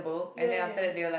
ya ya ya